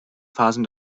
phasen